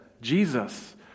Jesus